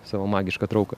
savo magišką trauką